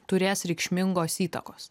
turės reikšmingos įtakos